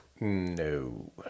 No